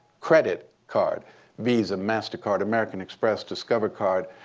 credit card visa, mastercard, american express, discover card.